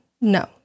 No